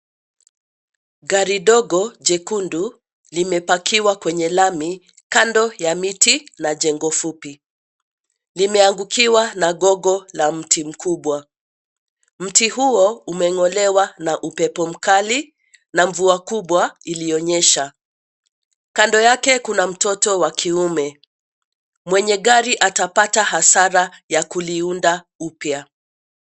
Gari dogo jekundu limepakiwa kwenye lami, kando ya miti na jengo fupi, limeangukiwa na gogo la mti mkubwa, mti huo umeng'olewa na upepo mkali, na mvua kubwa, iliyonyesha, kando yake kuna mtoto wa kiume, mwenye gari atapata hasara ya kuliunda upya.